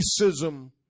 racism